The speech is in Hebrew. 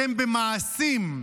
אתם במעשים,